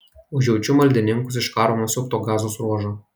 užjaučiu maldininkus iš karo nusiaubto gazos ruožo